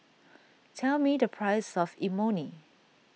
tell me the price of Imoni